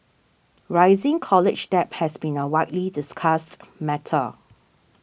rising college debt has been a widely discussed matter